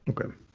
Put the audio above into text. Okay